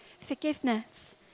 forgiveness